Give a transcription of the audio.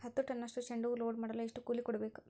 ಹತ್ತು ಟನ್ನಷ್ಟು ಚೆಂಡುಹೂ ಲೋಡ್ ಮಾಡಲು ಎಷ್ಟು ಕೂಲಿ ಕೊಡಬೇಕು?